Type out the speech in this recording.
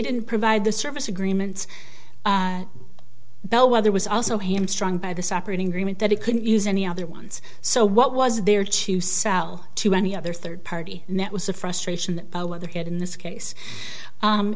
didn't provide the service agreements bellweather was also hamstrung by this operating agreement that it couldn't use any other ones so what was there to sell to any other third party and that was a frustration with the head in this case